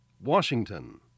Washington